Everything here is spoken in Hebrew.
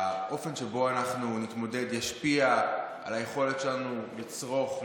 האופן שבו אנחנו נתמודד ישפיע על היכולת שלנו לצרוך,